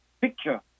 picture